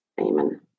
Amen